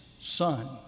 son